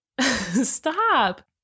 Stop